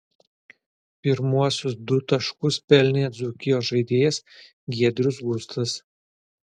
pirmuosius du taškus pelnė dzūkijos žaidėjas giedrius gustas